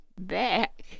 back